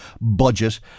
budget